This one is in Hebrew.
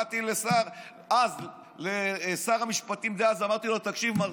באתי לשר המשפטים דאז, ואמרתי לו: תקשיב,